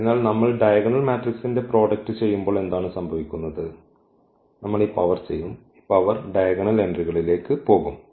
അതിനാൽ നമ്മൾ ഡയഗണൽ മാട്രിക്സിന്റെ പ്രോഡക്റ്റ് ചെയ്യുമ്പോൾ എന്താണ് സംഭവിക്കുന്നത് നമ്മൾ ഈ പവർ ചെയ്യും ഈ പവർ ഡയഗണൽ എൻട്രികളിലേക്ക് പോകും